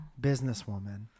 businesswoman